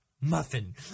Muffin